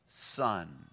son